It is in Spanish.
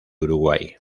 uruguay